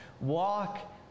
Walk